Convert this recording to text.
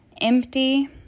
Empty